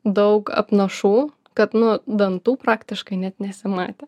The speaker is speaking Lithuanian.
daug apnašų kad nu dantų praktiškai net nesimatė